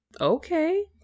okay